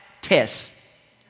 Tests